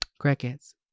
Crickets